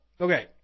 okay